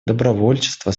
добровольчество